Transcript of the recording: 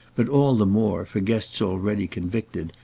but all the more, for guests already convicted,